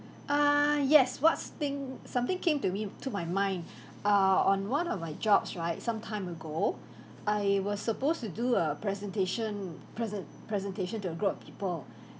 err yes what's the thing something came to me to my mind err on one of my jobs right sometime ago I was supposed to do a presentation present presentation to a group of people